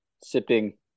sipping